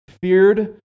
feared